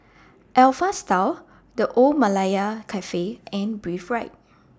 Alpha Style The Old Malaya Cafe and Breathe Right